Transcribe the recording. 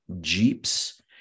jeeps